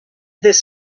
this